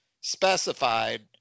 specified